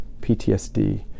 PTSD